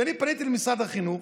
פניתי למשרד החינוך,